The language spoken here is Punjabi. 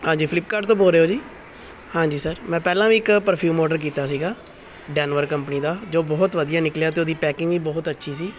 ਹਾਂਜੀ ਫਲਿਪਕਾਰਟ ਤੋਂ ਬੋਲ ਰਹੇ ਹੋ ਜੀ ਹਾਂਜੀ ਸਰ ਮੈਂ ਪਹਿਲਾਂ ਵੀ ਇੱਕ ਪਰਫਿਊਮ ਔਡਰ ਕੀਤਾ ਸੀਗਾ ਡੈਨਵਰ ਕੰਪਨੀ ਦਾ ਜੋ ਬਹੁਤ ਵਧੀਆ ਨਿਕਲਿਆ ਅਤੇ ਉਹਦੀ ਪੈਕਿੰਗ ਵੀ ਬਹੁਤ ਅੱਛੀ ਸੀ